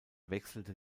wechselte